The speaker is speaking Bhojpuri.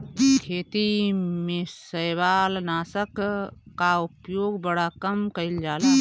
खेती में शैवालनाशक कअ उपयोग बड़ा कम कइल जाला